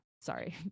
sorry